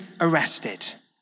arrested